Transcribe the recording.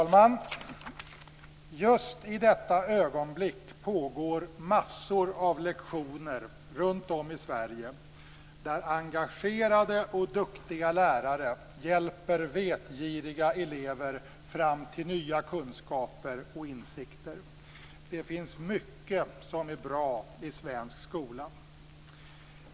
Fru talman! Just i detta ögonblick pågår massor av lektioner runt om i Sverige där engagerade och duktiga lärare hjälper vetgiriga elever fram till nya kunskaper och insikter. Det finns mycket som är bra i svensk skola.